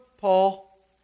Paul